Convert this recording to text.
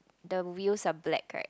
the wheels are black right